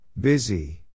Busy